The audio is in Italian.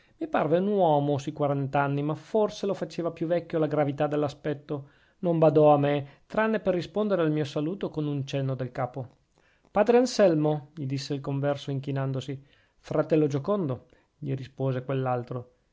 tanto mi parve un uomo sui quarant'anni ma forse lo faceva più vecchio la gravità dell'aspetto non badò a me tranne per rispondere al mio saluto con un cenno del capo padre anselmo gli disse il converso inchinandosi fratello giocondo gli rispose quell'altro